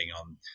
on